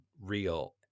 real